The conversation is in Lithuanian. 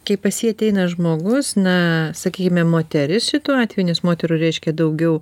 kai pas jį ateina žmogus na sakykime moteris šituo atveju nes moterų reiškia daugiau